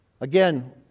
again